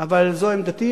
אבל זו עמדתי,